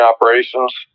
operations